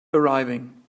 arriving